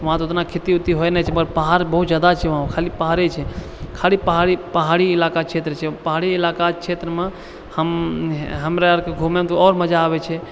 वहाँ तऽ उतना खेती वेती होइ नहि छै पर पहाड़ बहुत जादा छै वहाँ खाली पहाड़े छै खाली पहाड़ी पहाड़ी इलाका क्षेत्र छै पहाड़ी इलाका क्षेत्रमे हम हमरारीके घुमैमे तऽ आओर मजा आबै छै